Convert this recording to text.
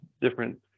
different